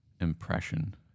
impression